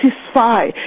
satisfy